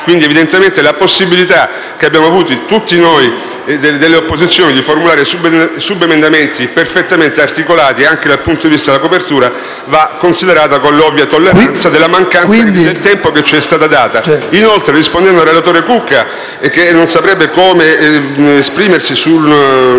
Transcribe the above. evidentemente la possibilità che abbiamo avuto tutti noi delle opposizioni di formulare subemendamenti perfettamente articolati, anche dal punto di vista della copertura, va considerata con l'ovvia tolleranza della mancanza del tempo che ci è stato dato. Inoltre, rispondendo al senatore Cucca che non saprebbe come esprimersi su